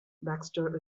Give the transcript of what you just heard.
baxter